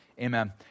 Amen